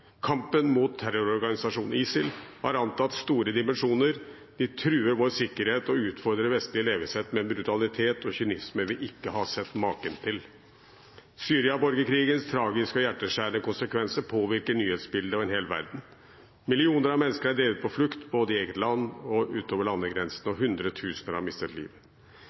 Kampen mot terrororganisasjonen ISIL har antatt store dimensjoner, de truer vår sikkerhet og utfordrer vestlig levesett med en brutalitet og kynisme vi ikke har sett maken til. Syria-borgerkrigens tragiske og hjerteskjærende konsekvenser påvirker nyhetsbildet og en hel verden. Millioner av mennesker er drevet på flukt både i eget land og utover landegrensene, og hundretusener har mistet